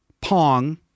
Pong